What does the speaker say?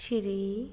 ਸ਼੍ਰੀ